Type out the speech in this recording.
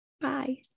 Bye